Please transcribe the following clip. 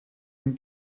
dem